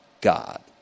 God